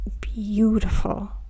beautiful